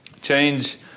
Change